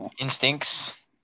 instincts